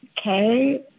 okay